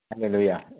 Hallelujah